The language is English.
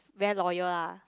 very loyal lah